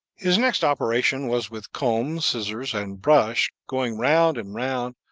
his next operation was with comb, scissors, and brush going round and round,